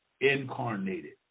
incarnated